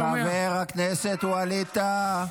חבר הכנסת ווליד טאהא,